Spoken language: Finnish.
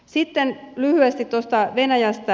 sitten lyhyesti tuosta venäjästä